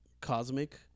cosmic